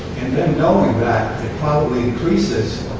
then knowing that it probably increases